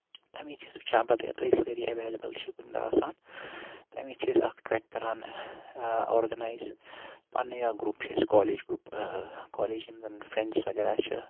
تَمہِ وِزِ چھِ أسۍ وٕچھان پَتہٕ ییٚلہِ أسۍ سٲری ایویلیبٕل چھِ کُنہِ دۄہ آسان تَمہِ وِز چھِ أسۍ اکھ ٹریک کران اورگَنایز پَنٕنے اکھ گرُپ چھُ اَسہِ کولیج گرُپ کولیج یِم زَن فرینڈٕس وغیرہ چھِ